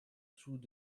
through